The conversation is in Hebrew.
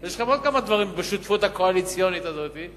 יש לכם עוד כמה דברים בשותפות הקואליציונית הזאת.